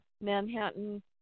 Manhattan